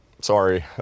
Sorry